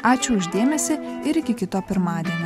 ačiū už dėmesį ir iki kito pirmadienio